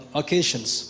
occasions